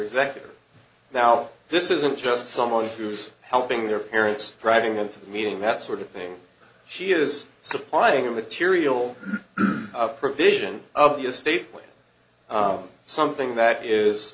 executor now this isn't just someone who's helping their parents driving into the meeting that sort of thing she is supplying material provision of the estate play something that is